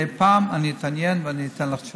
מדי פעם אני אתעניין ואתן לך תשובה.